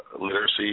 Literacy